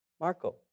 Marco